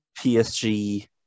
PSG